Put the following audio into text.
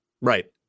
Right